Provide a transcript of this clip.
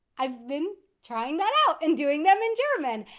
i've been trying that out and doing them in german.